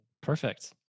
Perfect